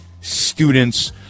students